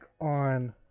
on